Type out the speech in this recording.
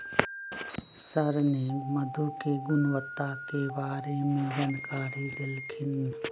sir ने मधु के गुणवत्ता के बारे में जानकारी देल खिन